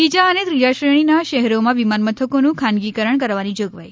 બીજા અને ત્રીજા શ્રેણીના શહેરોમાં વિમાન મથકોનું ખાનગીકરણ કરવાની જોગવાઈ